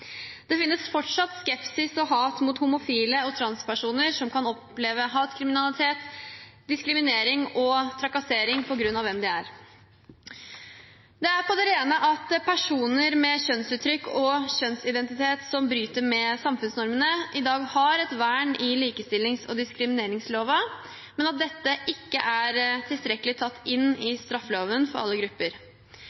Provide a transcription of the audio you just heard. Det finnes fortsatt skepsis og hat mot homofile og transpersoner, som kan oppleve hatkriminalitet, diskriminering og trakassering på grunn av hvem de er. Det er på det rene at personer med et kjønnsuttrykk og en kjønnsidentitet som bryter med samfunnsnormene, i dag har et vern i likestillings- og diskrimineringsloven, men at dette ikke er tilstrekkelig tatt inn i